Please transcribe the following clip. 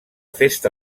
festa